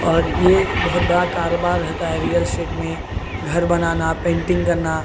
اور یہ بہت بڑا کاروبار رہتا ہے ریل اسٹیٹ میں گھر بنانا پینٹنگ کرنا